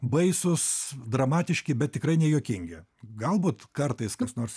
baisūs dramatiški bet tikrai nejuokingi galbūt kartais kas nors